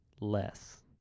less